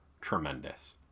tremendous